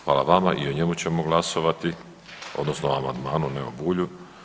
Hvala vama i o njemu ćemo glasovati, odnosno amandmanu, ne o Bulju.